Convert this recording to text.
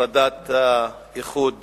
הפרדת האיחוד